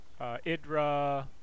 Idra